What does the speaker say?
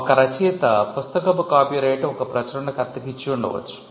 ఒక రచయిత పుస్తకపు కాపీరైట్ ఒక ప్రచురణకర్తకు ఇచ్చి ఉండవచ్చు